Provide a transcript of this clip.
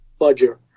budger